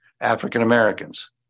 African-Americans